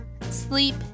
sleep